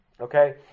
Okay